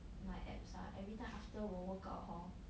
my abs ah every time after 我 workout hor